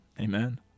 amen